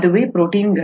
ಅದುವೇ ಪ್ರೋಟೀನ್ಗಳು